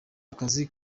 akazi